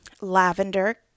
lavender